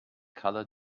color